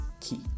key